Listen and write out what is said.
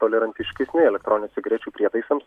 tolerantiškesni elektroninių cigarečių prietaisams